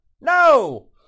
No